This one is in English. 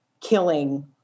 killing